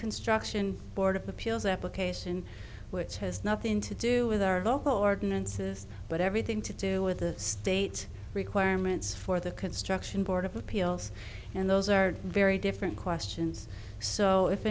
construction board of appeals application which has nothing to do with our local ordinances but everything to do with the state requirements for the construction board of appeals and those are very different questions so if